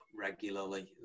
regularly